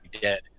dead